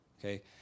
Okay